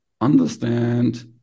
understand